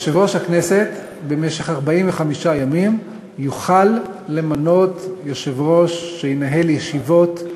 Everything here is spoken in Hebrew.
יושב-ראש הכנסת במשך 45 ימים יוכל למנות יושב-ראש שינהל ישיבות.